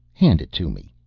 hand it to me.